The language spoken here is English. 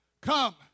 come